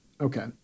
Okay